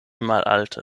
malalte